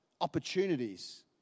Opportunities